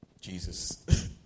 Jesus